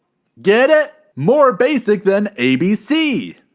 get it? more basic than abc.